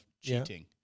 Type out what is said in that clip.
cheating